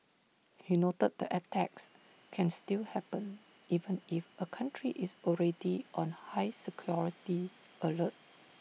he noted that attacks can still happen even if A country is already on high security alert